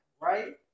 right